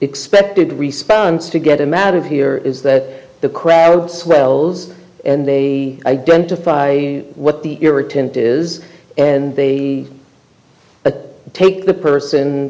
expected response to get him out of here is that the crowd swells and they identify what the euro tent is and they take the person